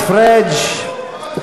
חבר הכנסת פריג' חבר הכנסת פריג'.